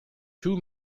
two